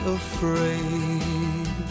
afraid